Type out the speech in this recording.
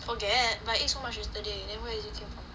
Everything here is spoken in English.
forget but you eat so much yesterday then why you can